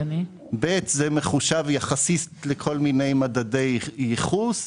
שנית, זה מחושב יחסית לכל מיני מדדי ייחוס.